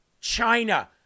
China